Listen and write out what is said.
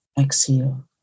Exhale